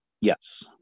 Yes